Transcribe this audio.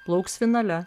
plauks finale